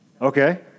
Okay